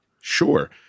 Sure